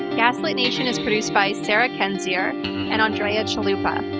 gaslit nation is produced by sarah kendzior and andrea chalupa.